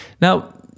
Now